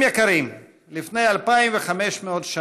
7727, 8400,